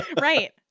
Right